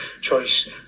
choice